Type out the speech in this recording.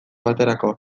baterako